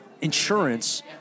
insurance